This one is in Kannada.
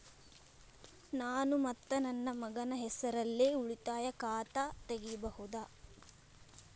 ನಾನು ಮತ್ತು ನನ್ನ ಮಗನ ಹೆಸರಲ್ಲೇ ಉಳಿತಾಯ ಖಾತ ತೆಗಿಬಹುದ?